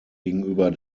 gegenüber